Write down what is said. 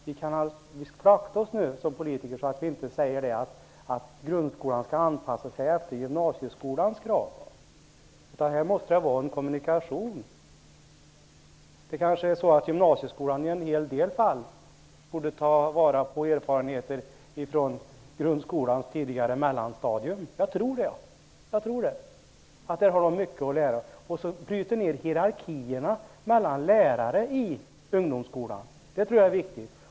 Vi skall som politiker akta oss för att säga att grundskolan skall anpassa sig efter gymnasieskolans krav. Det måste här vara fråga om en kommunikation. Gymnasieskolan borde kanske i en hel del fall ta vara på erfarenheter från grundskolans tidigare mellanstadium. Jag tror det. Jag tror att man har mycket att lära där. Det gäller att bryta ner hierarkierna mellan lärare i ungdomsskolan. Det tror jag är viktigt.